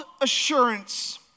assurance